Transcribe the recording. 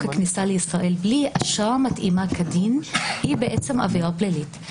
הכניסה לישראל בלי אשרה מתאימה כדין היא עבירה פלילית.